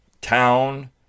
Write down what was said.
town